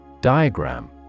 Diagram